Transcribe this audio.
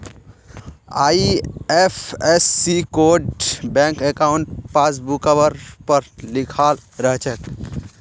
IFSC code bank अंकाउट पासबुकवर पर लिखाल रह छेक